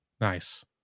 Nice